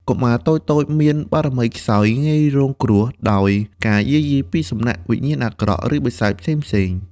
កុមារតូចៗមានបារមីខ្សោយ ងាយរងគ្រោះដោយការយាយីពីសំណាក់វិញ្ញាណអាក្រក់ ឬបិសាចផ្សេងៗ។